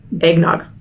eggnog